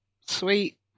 sweet